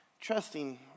trusting